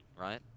right